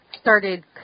started